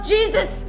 Jesus